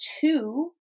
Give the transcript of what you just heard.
two